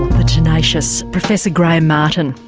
the tenacious professor graham martin,